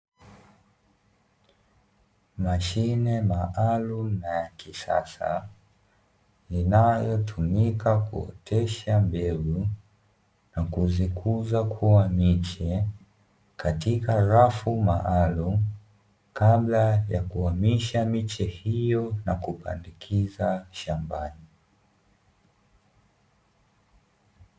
Mashine maalum na ya kisasa inayotumika kuotesha mbegu na kuzikuza kuwa miche katika rafu maalumu, kabla ya kuhamisha miche hiyo na kupandikiza shambani.